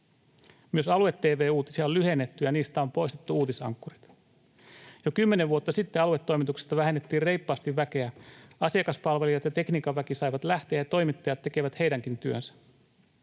Myös alue-tv-uutisia on lyhennetty, ja niistä on poistettu uutisankkurit. Jo kymmenen vuotta sitten aluetoimituksista vähennettiin reippaasti väkeä. Asiakaspalvelijat ja tekniikan väki saivat lähteä, ja toimittajat tekevät heidänkin työnsä.